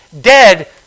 dead